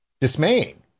dismaying